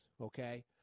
okay